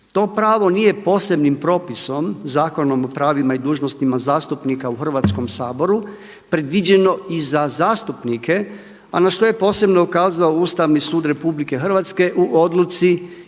to pravo nije posebnim propisom Zakonom o pravima i dužnostima zastupnika u Hrvatskom saboru predviđeno i za zastupnike a na što je posebno ukazao Ustavni sud RH u odluci